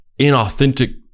inauthentic